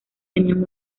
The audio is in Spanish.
tenían